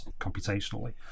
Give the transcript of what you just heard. computationally